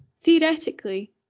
theoretically